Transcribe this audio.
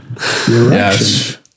Yes